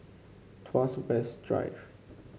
Tuas West Drive